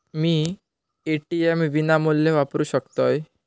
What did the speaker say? मी ATM विनामूल्य वापरू शकतय?